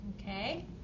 Okay